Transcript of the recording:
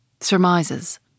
Surmises